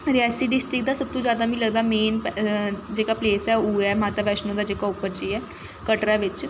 Reasi district दा सब तों जैदा मी लगदा मेन जेह्का प्लेस ऐ ओह् उ'ऐ ऐ माता बैष्णो दा जेह्का उप्पर जाइयै कटरा बिच्च